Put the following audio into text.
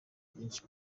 byinshi